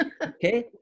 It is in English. Okay